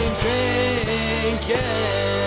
drinking